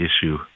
issue